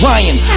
Ryan